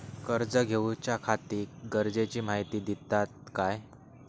कर्ज घेऊच्याखाती गरजेची माहिती दितात काय?